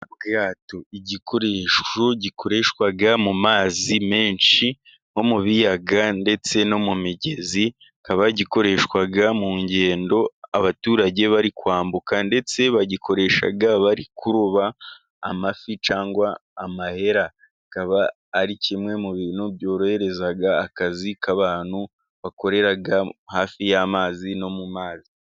Ubwato; Igikoresho gikoreshwa mu mazi menshi, nko mu biyaga ndetse no mu migezi, bagikoreshwa mu ngendo, abaturage bari kwambuka ndetse, bagikoresha bari kuroba amafi cyangwa amahera, bakaba ari kimwe mu bintu byorohereza akazi k'abantu, bakoreraga hafi y'amazi no mu mazi.